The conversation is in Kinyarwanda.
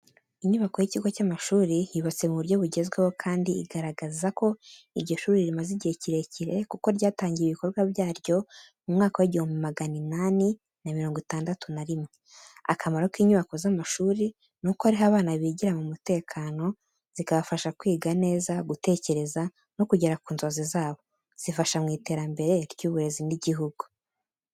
Inyubako y'ikigo cy'amashuri yubatse mu buryo bugezweho kandi igaragaza ko iryo shuri rimaze igihe kirekire kuko ryatangiye ibikorwa byaryo mu mwaka w'igihumbi magana inani na mirongo itandatu na rimwe. Akamaro k’inyubako z’amashuri ni uko ari ho abana bigira mu mutekano, zikabafasha kwiga neza, gutekereza, no kugera ku nzozi zabo. Zifasha mu iterambere ry'uburezi n’igihugu.